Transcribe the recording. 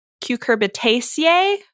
cucurbitaceae